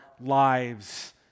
lives